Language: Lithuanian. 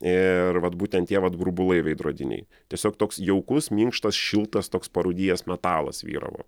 ir vat būtent tie vat burbulai veidrodiniai tiesiog toks jaukus minkštas šiltas toks parūdijęs metalas vyravo